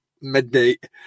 midnight